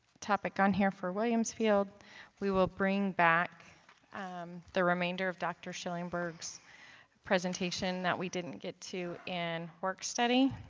topic on here for williams field we will bring back um the remainder of dr. shillingburg's presentation that we didn't get to in work study